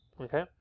okay